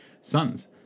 sons